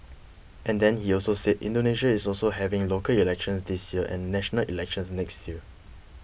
and then he also said Indonesia is also having local elections this year and national elections next year